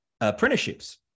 apprenticeships